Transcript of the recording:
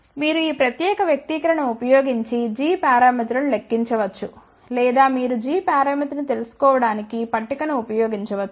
మీరు ఈ ప్రత్యేక వ్యక్తీకరణ ను ఉపయోగించి g పారామితులను లెక్కించవచ్చు లేదా మీరు g పరామితిని తెలుసుకోవడానికి పట్టికను ఉపయోగించవచ్చు